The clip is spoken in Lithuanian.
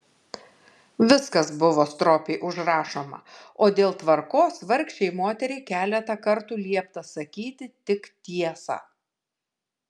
viskas buvo stropiai užrašoma o dėl tvarkos vargšei moteriai keletą kartų liepta sakyti tik tiesą